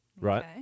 Right